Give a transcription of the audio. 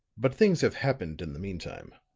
but things have happened in the meantime.